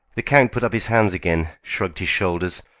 the count put up his hands, again shrugged his shoulders,